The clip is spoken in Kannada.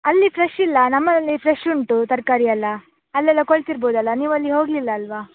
ಅಲ್ಲಿ ಫ್ರೆಶ್ ಇಲ್ಲ ನಮ್ಮಲ್ಲಿ ಫ್ರೆಶ್ ಉಂಟು ತರಕಾರಿ ಎಲ್ಲ ಅಲ್ಲೆಲ್ಲ ಕೊಳೆತಿರ್ಬೋದಲ್ಲ ನೀವು ಅಲ್ಲಿ ಹೋಗಲಿಲ್ಲ ಅಲ್ಲವಾ